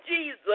Jesus